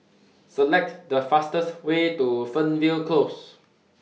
Select The fastest Way to Fernvale Close